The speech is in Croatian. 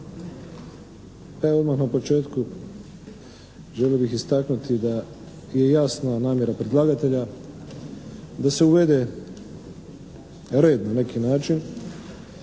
Evo odmah na početku želio bih istaknuti da je jasna namjera predlagatelja da se uvede red na neki način